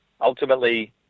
ultimately